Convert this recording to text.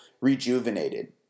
rejuvenated